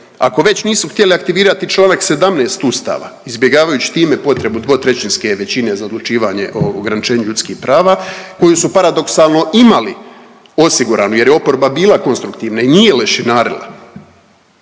Ako već nisu htjeli aktivirati čl. 17. Ustava izbjegavajući time potrebu dvotrećinske većine za odlučivanje o ograničenju ljudskih prava koju su paradoksalno imali osiguranu jer je oporba bila konstruktivna i nije lešinarila,